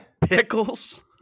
Pickles